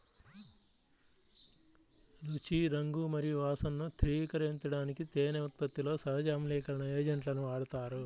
రుచి, రంగు మరియు వాసనను స్థిరీకరించడానికి తేనె ఉత్పత్తిలో సహజ ఆమ్లీకరణ ఏజెంట్లను వాడతారు